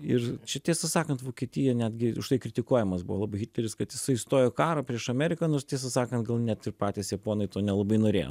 ir čia tiesą sakant vokietija netgi už tai kritikuojamas buvo labai hitleris kad jisai stojo į karą prieš ameriką nors tiesą sakant gal net ir patys japonai to nelabai norėjo